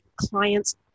clients